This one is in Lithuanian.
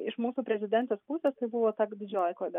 iš mūsų prezidentės pusės tai buvo ta didžioji klaida